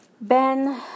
Ben